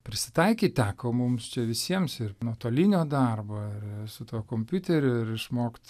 prisitaikyt teko mums čia visiems ir nuotolinio darbo ir su tuo kompiuteriu ir išmokt